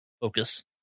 focus